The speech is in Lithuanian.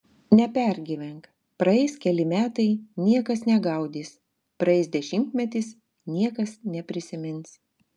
nepergyvenk praeis keli metai niekas negaudys praeis dešimtmetis niekas neprisimins